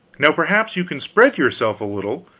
now perhaps you can spread yourself a little,